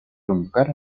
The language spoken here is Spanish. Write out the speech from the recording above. convocar